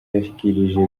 yashikirije